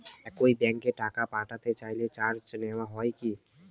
একই ব্যাংকে টাকা পাঠাতে চাইলে চার্জ নেওয়া হয় কি?